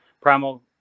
primal